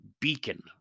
Beacon